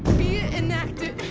be it enacted,